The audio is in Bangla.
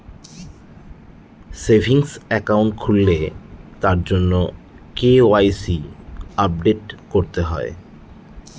সেভিংস একাউন্ট খুললে তার জন্য কে.ওয়াই.সি আপডেট করতে হয়